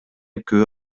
күбө